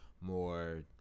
more